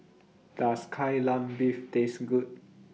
Does Kai Lan Beef Taste Good